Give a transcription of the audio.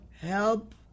help